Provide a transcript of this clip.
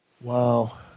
Wow